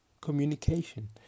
communication